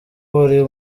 buri